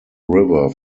river